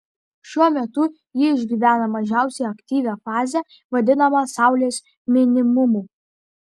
šiuo metu ji išgyvena mažiausiai aktyvią fazę vadinamą saulės minimumu